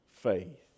Faith